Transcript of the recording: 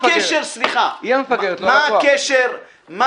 לא הלקוח.